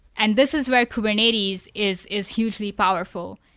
and this is where kubernetes is is hugely powerful,